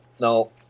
no